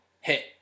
hit